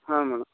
ಹಾಂ ಮೇಡಮ್